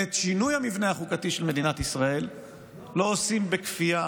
ואת שינוי המבנה החוקתי של מדינת ישראל לא עושים בכפייה